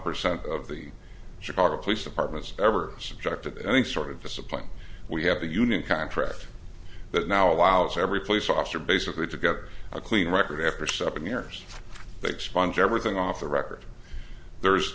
percent of the chicago police departments ever subjected to any sort of discipline we have a union contract that now allows every police officer basically to get a clean record after seven years thanks sponge everything off the record there